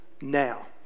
now